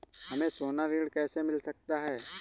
हमें सोना ऋण कैसे मिल सकता है?